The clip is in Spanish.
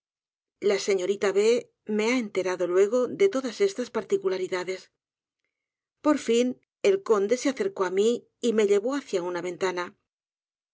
la señorita b me ha enterado luego de todas estas particularidades por fin el conde se acercó á mí y me llevó hacia una ventana